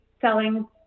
selling